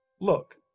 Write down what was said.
Look